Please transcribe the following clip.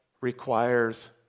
requires